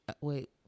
wait